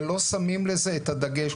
ולא שמים לזה את הדגש.